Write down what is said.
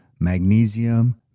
magnesium